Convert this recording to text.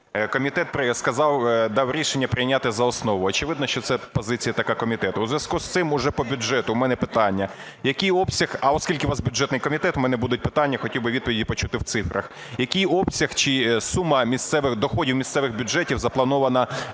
сказав, дав рішення прийняти за основу, очевидно, що це позиція така комітету. У зв'язку з цим уже по бюджету у мене питання, який обсяг (а оскільки у вас бюджетний комітет, у мене будуть питання, і хотів би відповіді почути в цифрах), який обсяг чи сума місцевих доходів, місцевих бюджетів запланована